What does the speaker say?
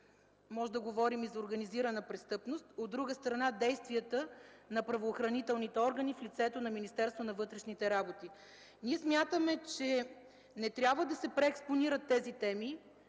можем да говорим за организирана престъпност, а, от друга страна, действията на правоохранителните органи в лицето на Министерството на вътрешните работи. Ние смятаме, че не трябва да се преекспонират тези теми.